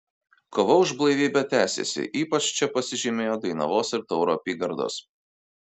kova už blaivybę tęsėsi ypač čia pasižymėjo dainavos ir tauro apygardos